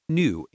new